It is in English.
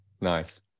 Nice